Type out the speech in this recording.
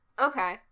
Okay